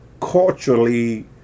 culturally